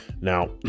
Now